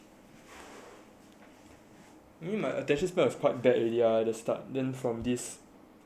even my attention span is quite bad already in the start then probably from this COVID nineteen thing we can't even go worse